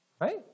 Right